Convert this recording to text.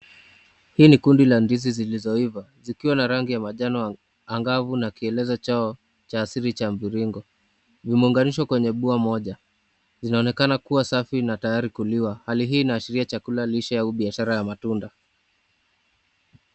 Hii ni kundi la ndizi zilizoiva, zikiwa na rangi ya manjano angavu na kielezo chao cha asili cha mviringo, ni muunganisho kwenye bua moja, zinaonekana kuwa safi na tayari kuliwa, hali hii inaashiria chakula ,lishe na biashara ya matunda.